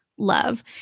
Love